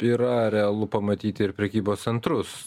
yra realu pamatyti ir prekybos centrus